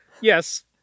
yes